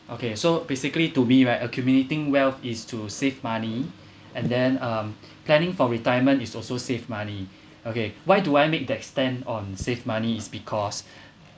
okay so basically to me right accumulating wealth is to save money and then um planning for retirement is also save money okay why do I make that stand on save money is because